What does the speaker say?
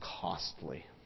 costly